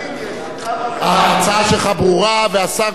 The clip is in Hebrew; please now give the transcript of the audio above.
והשר כהן ודאי מייד יביע את עמדת הממשלה,